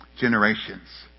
generations